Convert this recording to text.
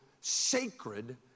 sacred